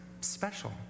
special